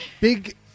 Big